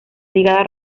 ligada